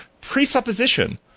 presupposition